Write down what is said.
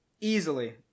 Easily